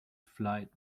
flight